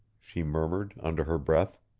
she murmured, under her breath.